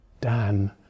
Dan